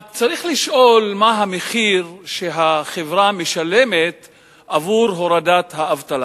רק צריך לשאול מה המחיר שהחברה משלמת עבור הורדת האבטלה.